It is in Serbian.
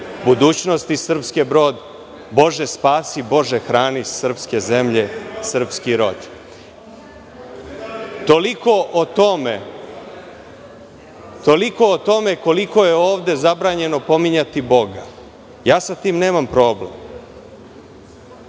budućnosti srpske brod, Bože spasi, Bože hrani, srpske zemlje, srpski rod.".Toliko o tome koliko je ovde zabranjeno pominjati Boga. Ja sa tim nemam problem.